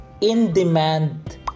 in-demand